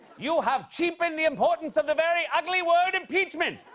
you have cheapened the importance of the very ugly word impeachment.